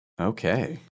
Okay